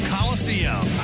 Coliseum